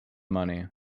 money